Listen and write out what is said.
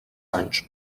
anys